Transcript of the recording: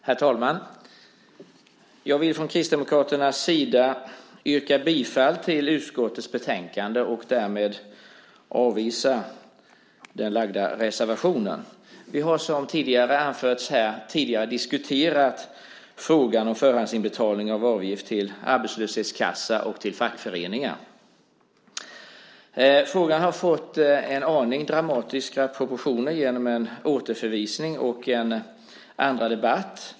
Herr talman! Jag vill från Kristdemokraternas sida yrka bifall till utskottets förslag i betänkandet och därmed avslag på reservationen. Vi har som redan anförts tidigare diskuterat frågan om förhandsinbetalning av avgift till arbetslöshetskassa och fackföreningar. Frågan har fått en aning dramatiska proportioner genom en återförvisning och en andra debatt.